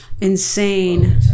insane